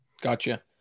Gotcha